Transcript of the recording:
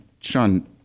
Sean